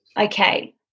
okay